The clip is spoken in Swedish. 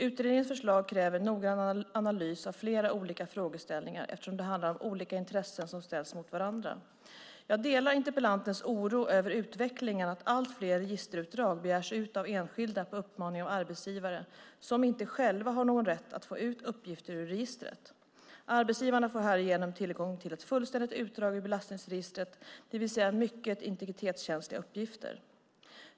Utredningens förslag kräver noggrann analys av flera olika frågeställningar, eftersom det handlar om olika intressen som ställs mot varandra. Jag delar interpellantens oro över utvecklingen att allt fler registerutdrag begärs ut av enskilda på uppmaning av arbetsgivare som inte själva har någon rätt att få ut uppgifter ur registret. Arbetsgivarna får härigenom tillgång till ett fullständigt utdrag ur belastningsregistret, det vill säga mycket integritetskänsliga uppgifter.